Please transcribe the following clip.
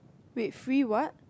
wait free what